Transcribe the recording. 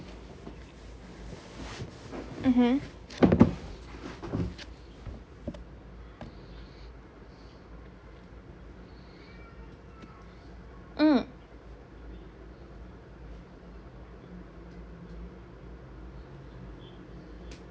mmhmm mm mm